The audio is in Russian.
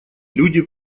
люди